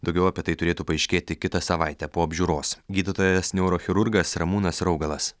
daugiau apie tai turėtų paaiškėti kitą savaitę po apžiūros gydytojas neurochirurgas ramūnas raugalas